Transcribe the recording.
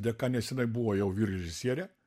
dėka nes jinai buvo jau vyr režisierė